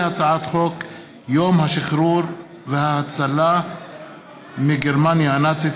הצעת חוק יום השחרור וההצלה מגרמניה הנאצית,